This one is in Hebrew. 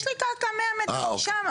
יש לי קרקע 100 מטר משם.